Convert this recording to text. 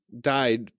died